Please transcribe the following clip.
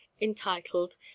entitled